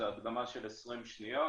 זו הקדמה של 20 שניות